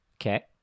okay